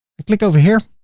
i click over here,